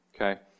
Okay